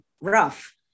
rough